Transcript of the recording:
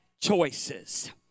choices